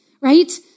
right